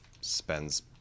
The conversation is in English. spends